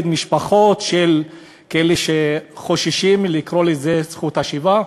משפחות של כאלה שחוששים לקרוא לזה זכות השיבה,